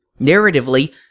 narratively